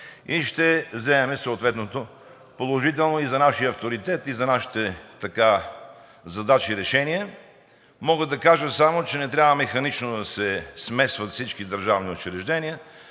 и ще вземем съответното положително и за нашия авторитет, и за нашите задачи решение. Мога да кажа само, че не трябва механично да се смесват всички държавни учреждения,